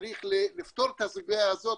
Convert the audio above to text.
צריך לפתור את הסוגיה הזאת,